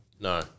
No